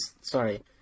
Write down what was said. sorry